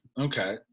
Okay